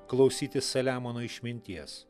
klausytis saliamono išminties